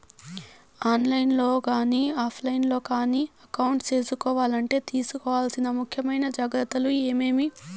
On line లో కానీ offline లో కానీ అకౌంట్ సేసుకోవాలంటే తీసుకోవాల్సిన ముఖ్యమైన జాగ్రత్తలు ఏమేమి?